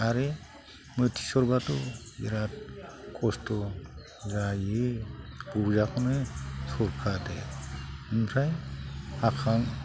आरो मोथि सरबाथ' बेराद खस्थ' जायो बजाखौनो सरफादो ओमफ्राय हाखां